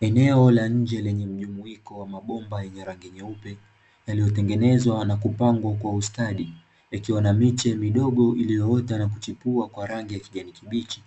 Eneo la nje lenye mjumuiko wa mabomba yenye rangi nyeupe, yaliyotengenezwa na kupambwa kwa ustadi, likiwa na miche midogo iliyoota na kuchipua kwa rangi ya kijani kibichi,